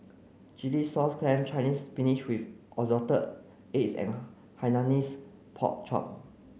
Chilli Sauce Clams Chinese spinach with assorted eggs and Hainanese pork chop